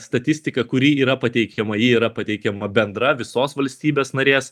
statistika kuri yra pateikiama ji yra pateikiama bendra visos valstybės narės